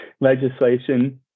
legislation